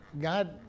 God